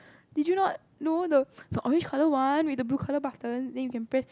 did you not know the the orange colour one with the blue colour button then you can press